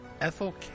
Ethel